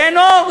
ואין אור,